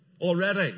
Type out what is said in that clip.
already